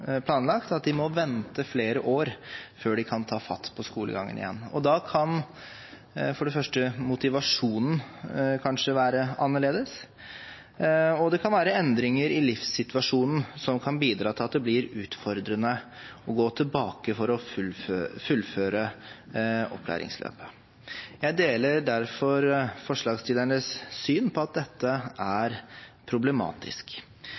planlagt, at de må vente flere år før de kan ta fatt på skolegangen igjen. Da kan for det første motivasjonen være annerledes, og det kan være endringer i livssituasjonen som kan bidra til at det kan bli utfordrende å gå tilbake for å fullføre opplæringsløpet. Jeg deler derfor forslagsstillernes syn på at dette er problematisk.